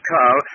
Carl